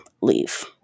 leave